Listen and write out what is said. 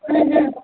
आ ह